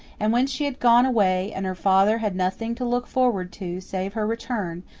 and when she had gone away, and her father had nothing to look forward to save her return,